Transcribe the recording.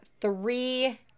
three